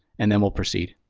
and then we'll proceed.